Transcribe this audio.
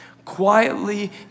quietly